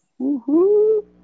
Woohoo